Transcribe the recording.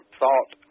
thought